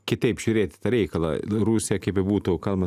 kitaip žiūrėti į tą reikalą rusija kaip bebūtų kalbant